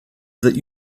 that